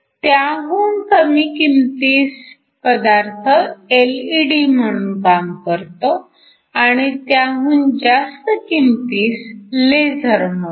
त्याहुन कमी किंमतीस पदार्थ एलईडी म्हणून काम करतो आणि त्याहुन जास्त किंमतीस लेझर म्हणून